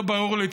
לא ברור לי,